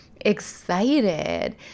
excited